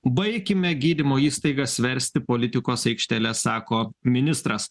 baikime gydymo įstaigas versti politikos aikštele sako ministras